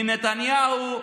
מנתניהו,